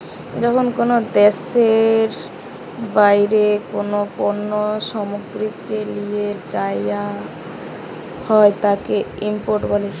যখন কোনো দেশের বাইরে কোনো পণ্য সামগ্রীকে লিয়ে যায়া হয় তাকে ইম্পোর্ট বলে